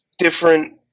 Different